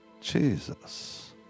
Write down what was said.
Jesus